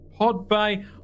PodBay